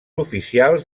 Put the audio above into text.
oficials